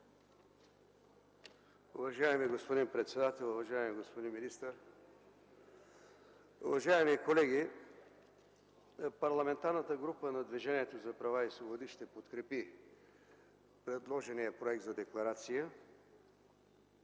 Уважаеми господин председател, уважаеми господин министър, уважаеми колеги! Парламентарната група на Движението за права и свободи ще подкрепи предложения проект на декларация,